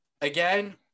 again